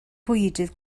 bwydydd